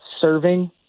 serving